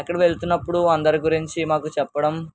అక్కడ వెళ్తున్నప్పుడు అందరి గురించి మాకు చెప్పడం